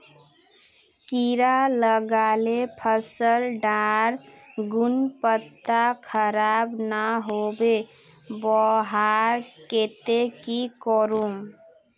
कीड़ा लगाले फसल डार गुणवत्ता खराब ना होबे वहार केते की करूम?